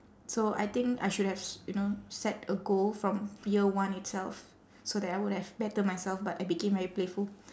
so I think I should have you know set a goal from year one itself so that I would have better myself but I became very playful